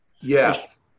Yes